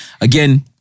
Again